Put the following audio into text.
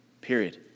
Period